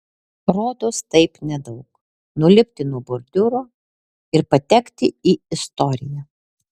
rodos taip nedaug nulipti nuo bordiūro ir patekti į istoriją